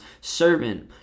servant